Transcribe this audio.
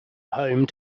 home